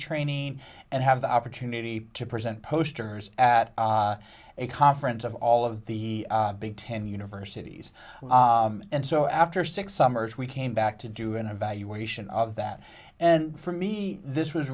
training and have the opportunity to present posters at a conference of all of the big ten universities and so after six summers we came back to do an evaluation of that and for me this was